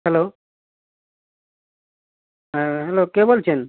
hello হ্যাঁ hello কে বলছেন